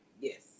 yes